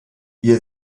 ihr